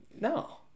No